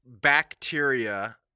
bacteria